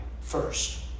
first